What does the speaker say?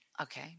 Okay